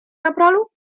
kapralu